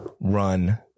run